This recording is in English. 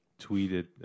tweeted